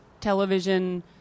television